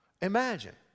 Imagine